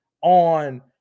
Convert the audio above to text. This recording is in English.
on